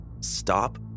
stop